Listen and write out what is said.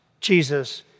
Jesus